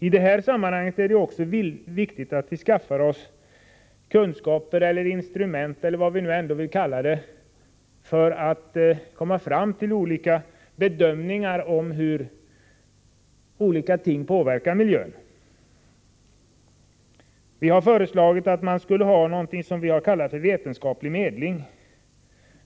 I det här sammanhanget är det också viktigt att vi skaffar oss kunskaper eller ett instrument — för att komma fram till en bedömning av hur olika ting påverkar vår miljö. Vi har föreslagit att vi skulle ha något som vi har kallat vetenskaplig medling.